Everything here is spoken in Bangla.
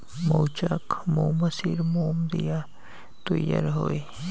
মৌচাক মৌমাছির মোম দিয়া তৈয়ার হই